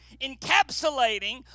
encapsulating